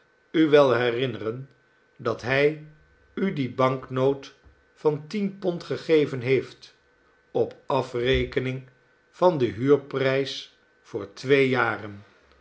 u wel herinneren dat hij u die banknoot van tien pond gegeven heeft op afrekening van den huurprijs voor twee jaren